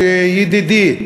ידידי,